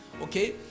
okay